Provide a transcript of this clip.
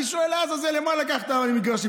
אני שואל: לעזאזל, למה לקחת למגרשים?